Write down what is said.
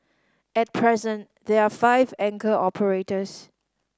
at present there are five anchor operators